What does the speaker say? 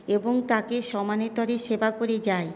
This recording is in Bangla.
এবং তাকে সমানতরে সেবা করে যাই